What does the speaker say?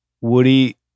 Woody